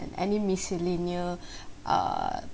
any miscellaneous err